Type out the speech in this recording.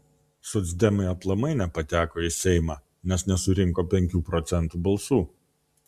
socdemai aplamai nepateko į seimą nes nesurinko penkių procentų balsų